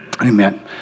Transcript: Amen